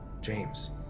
James